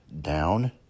down